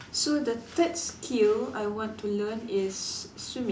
so the third skill I want to learn is swimming